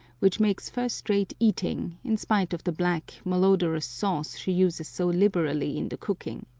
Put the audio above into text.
which makes first-rate eating, in spite of the black, malodorous sauce she uses so liberally in the cooking.